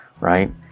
Right